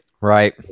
Right